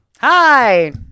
Hi